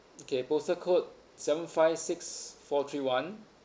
okay postal code seven five six four three one